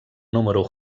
número